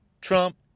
Trump